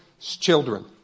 children